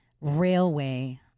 railway